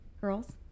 girls